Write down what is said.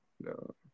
No